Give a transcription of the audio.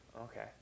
Okay